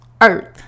earth